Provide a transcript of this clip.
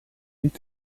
niet